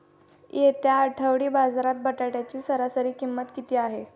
येत्या आठवडी बाजारात बटाट्याची सरासरी किंमत किती आहे?